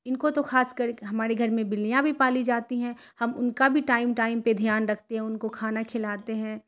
ان کو تو خاص کر ہمارے گھر میں بلیاں بھی پالی جاتی ہیں ہم ان کا بھی ٹائم ٹائم پہ دھیان رکھتے ہیں ان کو کھانا کھلاتے ہیں